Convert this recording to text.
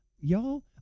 y'all